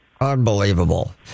Unbelievable